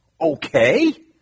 Okay